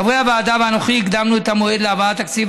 חברי הוועדה ואנוכי הקדמנו את המועד להבאת תקציב